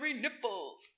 nipples